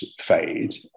fade